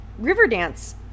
Riverdance